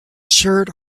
tshirt